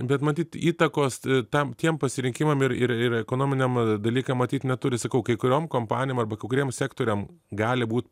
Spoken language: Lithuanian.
bet matyt įtakos tam tiem pasirinkimam ir ir ir ekonominiam dalykam matyt neturi sakau kai kuriom kompanijom arba kai kuriem sektoriam gali būt